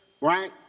right